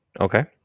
Okay